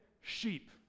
sheep